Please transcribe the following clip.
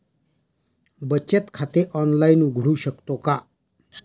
बचत खाते ऑनलाइन उघडू शकतो का?